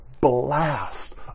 blast